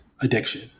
addiction